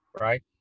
right